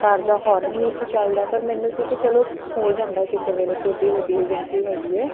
ਕਾਰ ਦਾ ਹੋਰਨ ਨਹੀਂ ਸੀ ਚੱਲਦਾ ਪਰ ਮੈਨੂੰ ਸੀ ਕਿ ਚਲੋ ਹੋ ਜਾਂਦਾ ਕਿਸੇ ਵੇਲੇ ਕਿ ਐਡੀ ਵੱਡੀ ਏਜੰਸੀ ਹੈਗੀ ਹੈ